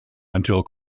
until